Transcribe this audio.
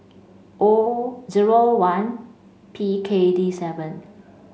O zero one P K D seven